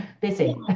busy